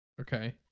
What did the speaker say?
Okay